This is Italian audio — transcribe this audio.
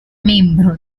membro